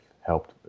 helped